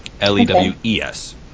l-e-w-e-s